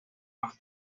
más